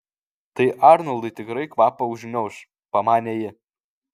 tai arnoldui tikrai kvapą užgniauš pamanė ji